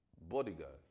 bodyguard